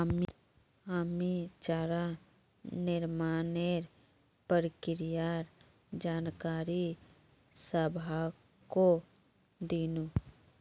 हामी चारा निर्माणेर प्रक्रियार जानकारी सबाहको दिनु